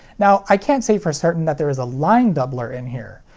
now i can't say for certain that there is a line doubler in here,